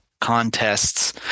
contests